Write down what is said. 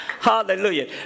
Hallelujah